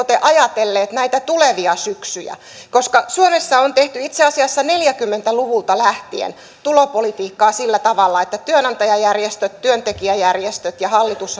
te ajatelleet näitä tulevia syksyjä suomessa on tehty itse asiassa neljäkymmentä luvulta lähtien tulopolitiikkaa sillä tavalla että työnantajajärjestöt työntekijäjärjestöt ja hallitus